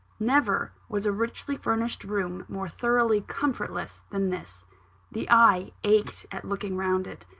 never was a richly furnished room more thoroughly comfortless than this the eye ached at looking round it.